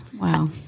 wow